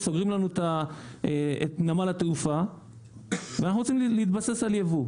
סוגרים לנו את נמל התעופה ואנחנו רוצים להתבסס על יבוא.